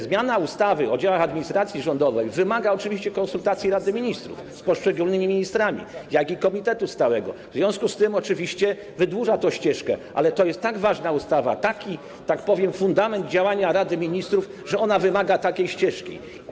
Zmiana ustawy o działach administracji rządowej wymaga oczywiście przeprowadzenia konsultacji przez Radę Ministrów z poszczególnymi ministrami, jak i przez komitet stały, w związku z tym oczywiście wydłuża to ścieżkę, ale to jest tak ważna ustawa, taki, że tak powiem, fundament działania Rady Ministrów, że ona wymaga takiej ścieżki.